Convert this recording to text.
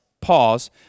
pause